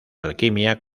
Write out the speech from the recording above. alquimia